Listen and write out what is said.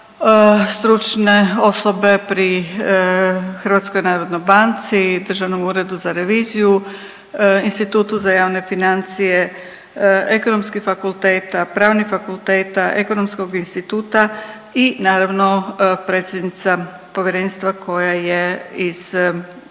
stručne osobe pri HNB-u, Državnom uredu za reviziju, Institutu za javne financije ekonomskih fakulteta, pravnih fakulteta, Ekonomskog instituta i naravno predsjednica povjerenstva koja je iz isto